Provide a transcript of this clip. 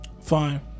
Fine